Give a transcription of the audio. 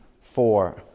four